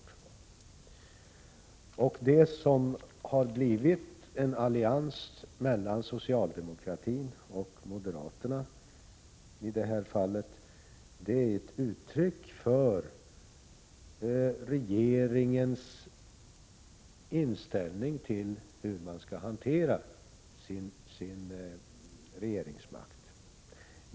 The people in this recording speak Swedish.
Det som i det här fallet har blivit en allians mellan socialdemokraterna och moderaterna är ett uttryck för regeringens inställning till hur man skall hantera sin regeringsmakt.